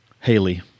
Haley